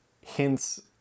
hints